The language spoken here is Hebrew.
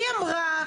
היא אמרה כל?